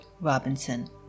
Robinson